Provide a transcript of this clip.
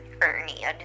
Ernie